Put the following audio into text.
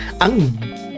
Ang